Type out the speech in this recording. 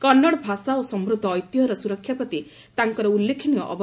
କନ୍ନଡ଼ ଭାଷା ଓ ସମୃଦ୍ଧ ଐତିହ୍ୟର ସୁରକ୍ଷା ପ୍ରତି ତାଙ୍କର ଉଲ୍ଲେଖନୀୟ ଅବଦାନ ରହିଛି